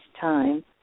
time